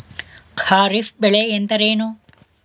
ಖಾರಿಫ್ ಬೆಳೆ ಎಂದರೇನು?